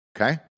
Okay